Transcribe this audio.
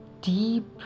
deep